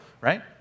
right